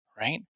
right